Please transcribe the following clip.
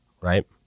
right